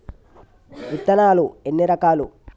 విత్తనాలు ఎన్ని రకాలు?